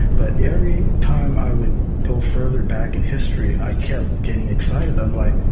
but every time i would go further back in history, i kept getting excited. i'm like,